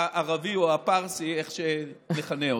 הערבי, או הפרסי, איך שנכנה אותו.